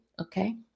Okay